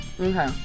okay